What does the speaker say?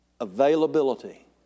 Availability